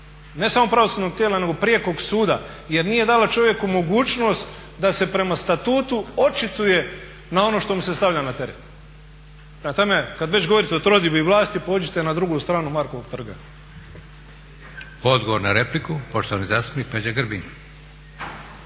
ne samo pravosudnog tijela, nego prijekog suda jer nije dala čovjeku mogućnost da se prema Statutu očituje na ono što mu se stavlja na teret. Prema tome, kad već govorite o trodiobi vlasti pođite na drugu stranu Markovog trga. **Leko, Josip (SDP)** Odgovor na repliku, poštovani zastupnik Peđa Grbin.